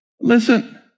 listen